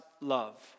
love